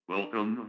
Welcome